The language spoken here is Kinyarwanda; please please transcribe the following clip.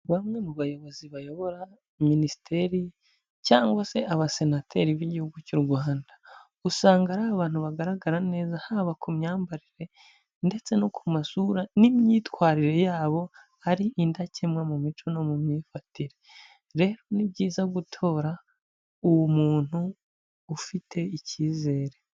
Bamwe mu bayobozi bayobora Minisiteri cyangwa se abasenateri b'igihugu cy'u Rwanda. Usanga ari abantu bagaragara neza haba ku myambarire ndetse no ku masura n'imyitwarire yabo, ari indakemwa mu mico no mu myifatire. Rero ni byiza gutora uwo muntu ufite icyizere.